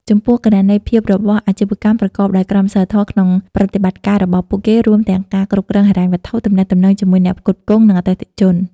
ចំពោះគណនេយ្យភាពរបស់អាជីវកម្មប្រកបដោយក្រមសីលធម៌ក្នុងប្រតិបត្តិការរបស់ពួកគេ រួមទាំងការគ្រប់គ្រងហិរញ្ញវត្ថុ ទំនាក់ទំនងជាមួយអ្នកផ្គត់ផ្គង់ និងអតិថិជន។